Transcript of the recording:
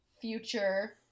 future